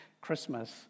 Christmas